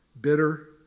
bitter